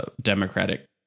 democratic